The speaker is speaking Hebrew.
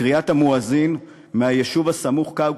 לקריאת המואזין מהיישוב הסמוך, כאוכב,